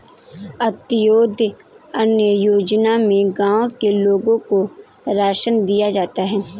अंत्योदय अन्न योजना में गांव के लोगों को राशन दिया जाता है